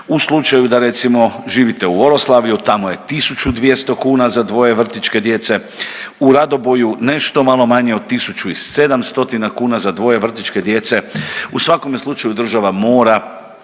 u slučaju da recimo, živite u Oroslavju, tamo je 1200 kuna za dvoje vrtićke djece, u Radoboju nešto malo manje od 1700 kuna za dvoje vrtićke djece, u svakome slučaju, država mora